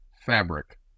fabric